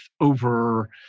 over